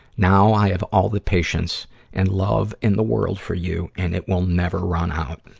now i have all the patience and love in the world for you, and it will never run out.